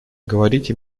говорите